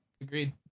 Agreed